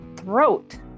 throat